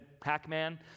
Pac-Man